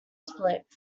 split